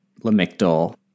lamictal